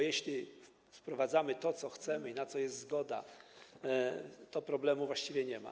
Jeśli sprowadzamy to, co chcemy i na co jest zgoda, to problemu właściwie nie ma.